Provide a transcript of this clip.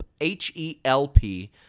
H-E-L-P